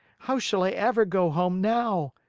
how shall i ever go home now?